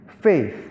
Faith